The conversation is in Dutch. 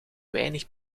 weinig